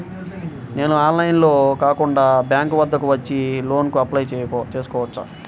నేను ఆన్లైన్లో కాకుండా బ్యాంక్ వద్దకు వచ్చి లోన్ కు అప్లై చేసుకోవచ్చా?